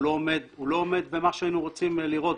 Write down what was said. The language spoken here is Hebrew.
הוא לא עומד במה שהיינו רוצים לראות.